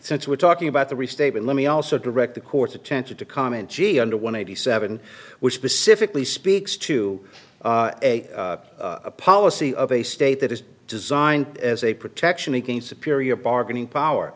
since we're talking about the restatement let me also direct the court's attention to comment g under one eighty seven which specifically speaks to a policy of a state that is designed as a protection against superior bargaining power